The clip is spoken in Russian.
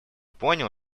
понял